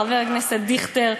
חבר הכנסת דיכטר,